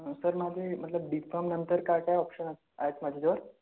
sir माझे मतलब D Pharm नंतर काय काय ऑप्शन आहेत माझ्याजवळ